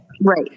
Right